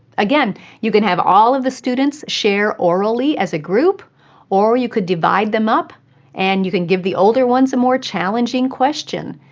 again, you could have all of the students share orally as a group or you could divide them up and give the older ones a more challenging question,